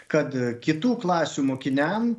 kad kitų klasių mokiniam